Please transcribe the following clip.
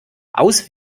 aus